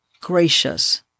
gracious